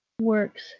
works